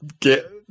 get